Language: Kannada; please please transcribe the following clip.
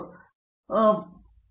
ಪ್ರತಾಪ್ ಹರಿಡೋಸ್ ಕಷ್ಟ